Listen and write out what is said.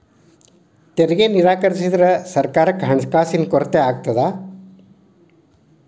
ತೆರಿಗೆ ನಿರಾಕರಿಸಿದ್ರ ಸರ್ಕಾರಕ್ಕ ಹಣಕಾಸಿನ ಕೊರತೆ ಆಗತ್ತಾ